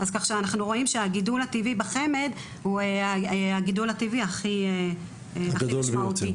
כך שאנחנו רואים שהגידול הטבעי בחמ"ד הוא הגידול הטבעי הכי משמעותי.